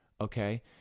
Okay